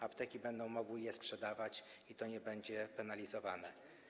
Apteki będą mogły je sprzedawać i to nie będzie penalizowane.